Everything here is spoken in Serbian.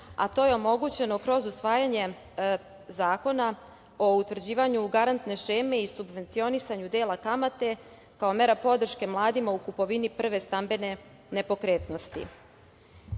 a to je omogućeno kroz usvajanje Zakona o utvrđivanju garantne šeme i subvencionisanju dela kamate kao mera podrške mladima u kupovini prve stambene nepokretnosti. Važno